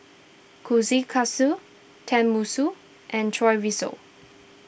Kushikatsu Tenmusu and Chorizo